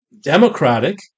Democratic